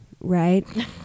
right